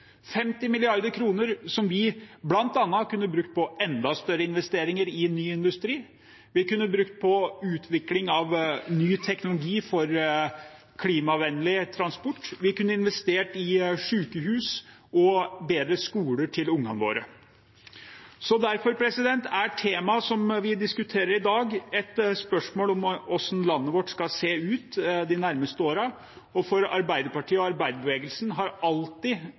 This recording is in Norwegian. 50 mrd. kr – 50 mrd. kr som vi bl.a. kunne ha brukt på enda større investeringer i ny industri. Vi kunne ha brukt dem på utvikling av ny teknologi for klimavennlig transport, vi kunne ha investert i sykehus og bedre skoler til barna våre. Derfor er temaet som vi diskuterer i dag, et spørsmål om hvordan landet vårt skal se ut de nærmeste årene. For Arbeiderpartiet og arbeiderbevegelsen har alltid